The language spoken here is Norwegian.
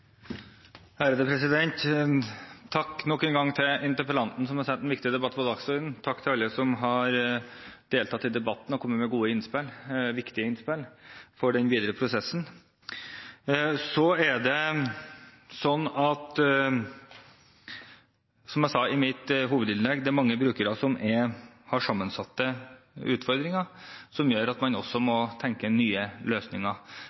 Takk nok en gang til interpellanten som har satt en viktig sak på dagsordenen, og takk til alle som har deltatt i debatten og kommet med gode og viktige innspill for den videre prosessen. Så er det sånn – som jeg sa i mitt hovedinnlegg – at det er mange brukere som har sammensatte utfordringer som gjør at man må tenke nye løsninger.